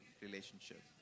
relationship